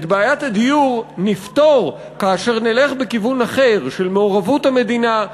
את בעיית הדיור נפתור כאשר נלך בכיוון אחר של מעורבות המדינה,